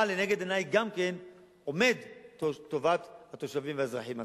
אבל גם לנגד עיני עומדת טובת התושבים והאזרחים עצמם.